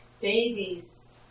Babies